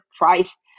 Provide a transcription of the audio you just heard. price